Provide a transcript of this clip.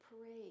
parade